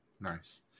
Nice